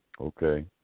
Okay